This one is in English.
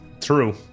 True